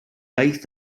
iaith